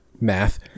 math